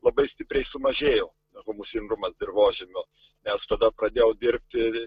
labai stipriai sumažėjo humusingumas dirvožemio nes tada pradėjau dirbti